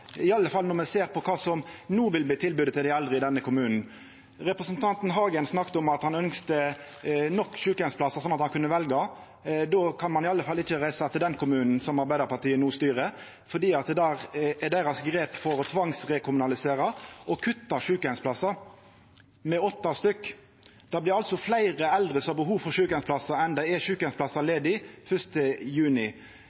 i alle fall når me ser på kva som no vil bli tilbodet til dei eldre i denne kommunen. Representanten Hagen snakka om at han ønskte nok sjukeheimsplassar, slik at han kunne velja. Då kan ein i alle fall ikkje reisa til denne kommunen, som Arbeidarpartiet no styrer, for deira grep er å tvangsrekommunalisera og kutta talet på sjukeheimsplassar med åtte. Det blir fleire eldre som har behov for sjukeheimsplass, enn det er